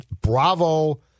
bravo